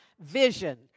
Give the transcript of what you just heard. vision